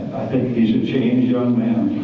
think, he's a changed young man.